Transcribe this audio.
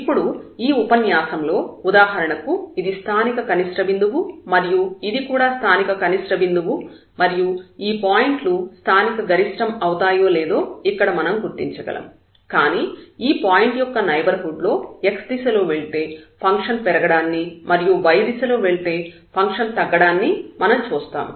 ఇప్పుడు ఈ ఉపన్యాసంలో ఉదాహరణకు ఇది స్థానిక కనిష్ట బిందువు మరియు ఇది కూడా స్థానిక కనిష్ట బిందువు మరియు ఈ పాయింట్లు స్థానిక గరిష్టం అవుతాయో లేదో ఇక్కడ మనం గుర్తించగలం కానీ ఈ పాయింట్ యొక్క నైబర్హుడ్ లో x దిశలో వెళ్తే ఫంక్షన్ పెరగడాన్ని మరియు y దిశలో వెళ్తే ఫంక్షన్ తగ్గడాన్ని మనం చూస్తాము